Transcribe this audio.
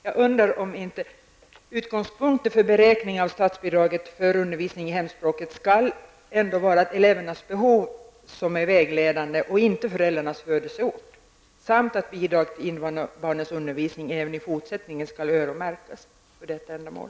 Jag undrar om inte utgångspunkten för beräkning av statsbidraget för undervisning i hemspråket skall vara att det är elevernas behov som är vägledande och inte föräldrarnas födelseort samt att bidragen till invandrarbarnens undervisning även i fortsättningen skall öronmärkas för detta ändamål.